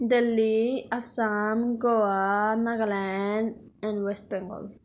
Delhi Assam Goa Nagaland and West Bengal